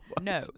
No